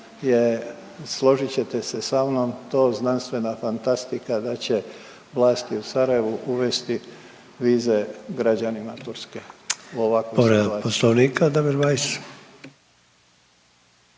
je složit ćete se sa mnom, to znanstvena fantastika da će vlasti u Sarajevu uvesti vize građanima Turske